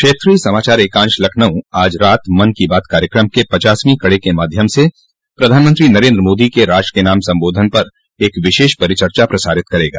क्षेत्रीय समाचार एकांश लखनऊ आज रात मन की बात कार्यक्रम के पचासवीं कड़ी के माध्यम से प्रधानमंत्री नरेन्द्र मोदी के राष्ट्र के नाम सम्बोधन पर एक विशेष परिचर्चा प्रसारित करेगा